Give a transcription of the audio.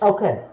Okay